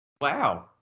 Wow